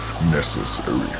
Necessary